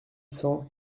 cent